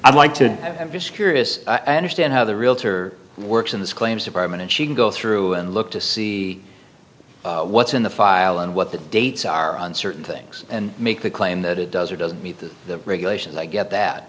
i'd like to just curious i understand how the realtor works in this claims department and she can go through and look to see what's in the file and what the dates are on certain things and make the claim that it does or doesn't meet the regulations i get that